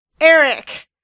Eric